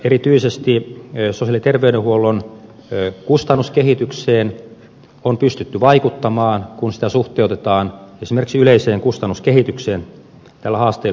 erityisesti sosiaali ja terveydenhuollon kustannuskehitykseen on pystytty vaikuttamaan kun sitä suhteutetaan esimerkiksi yleiseen kustannuskehitykseen tällä haasteellisella alueella